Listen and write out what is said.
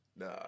Nah